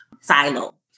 silo